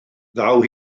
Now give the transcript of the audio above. ddaw